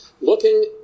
Looking